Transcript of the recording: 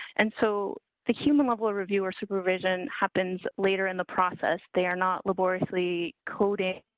and so the human level reviewer supervision happens later in the process. they are not laboriously coding.